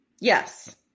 Yes